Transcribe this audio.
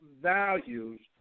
values